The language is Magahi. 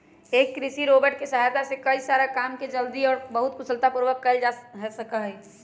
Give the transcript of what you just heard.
एक कृषि रोबोट के सहायता से कई सारा काम के जल्दी और बहुत कुशलता पूर्वक कइल जा सका हई